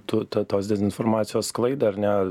tų to tos dezinformacijos sklaidą ar ne